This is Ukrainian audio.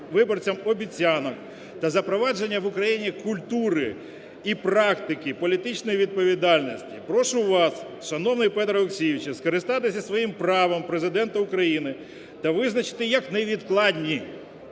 виборцям обіцянок та запровадження в Україні культури і практики політичної відповідальності прошу вас, шановний Петре Олексійовичу, скористатися своїм правом Президента України та визначити як невідкладні